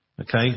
Okay